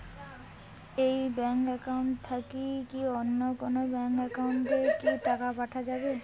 এই bank account থাকি কি অন্য কোনো ব্যাংক একাউন্ট এ কি টাকা পাঠা যাবে?